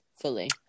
fully